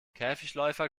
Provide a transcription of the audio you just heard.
käfigläufer